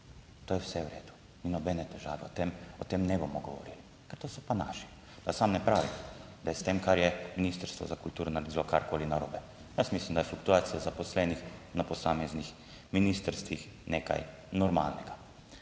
To je vse v redu, ni nobene težave, o tem, o tem ne bomo govorili, ker to so pa naši, pa sam ne pravim, da je s tem, kar je Ministrstvo za kulturo naredilo karkoli narobe. Jaz mislim, da je fluktuacija zaposlenih na posameznih ministrstvih nekaj normalnega.